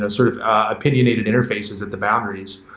ah sort of opinionated interfaces of the boundaries.